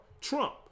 Trump